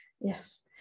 Yes